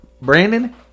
Brandon